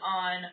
on